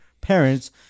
parents